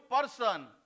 person